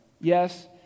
Yes